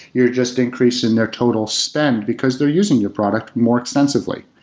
you're just increasing their total spend, because they're using your product more extensively.